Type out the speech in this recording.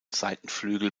seitenflügel